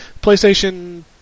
Playstation